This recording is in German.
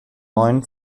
neuen